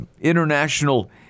International